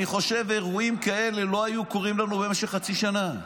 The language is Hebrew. אני חושב שאירועים כאלה לא היו קורים לנו במשך חצי שנה,